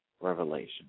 revelation